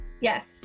Yes